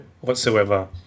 whatsoever